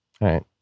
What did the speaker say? right